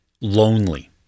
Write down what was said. lonely